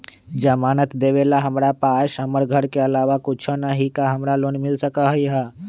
जमानत देवेला हमरा पास हमर घर के अलावा कुछो न ही का हमरा लोन मिल सकई ह?